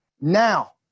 now